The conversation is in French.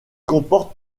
comporte